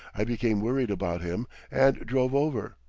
i became worried about him and drove over,